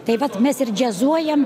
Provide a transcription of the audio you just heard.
tai vat mes ir džiazuojam